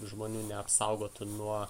žmonių neapsaugotų nuo